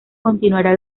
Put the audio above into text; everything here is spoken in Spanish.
continuará